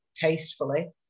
tastefully